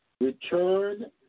return